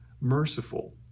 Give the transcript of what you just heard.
merciful